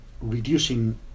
reducing